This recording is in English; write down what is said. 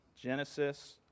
Genesis